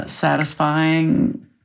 satisfying